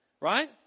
Right